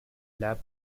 lab